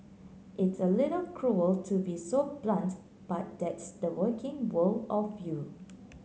it's a little cruel to be so blunt but that's the working world of you